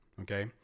okay